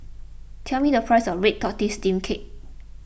tell me the price of Red Tortoise Steamed Cake